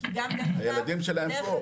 הילדים שלהם פה.